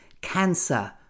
cancer